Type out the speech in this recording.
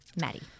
Maddie